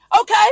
Okay